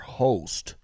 host